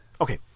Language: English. Okay